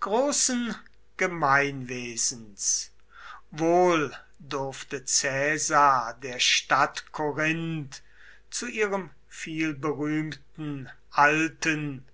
großen gemeinwesens wohl durfte caesar der stadt korinth zu ihrem vielberühmten alten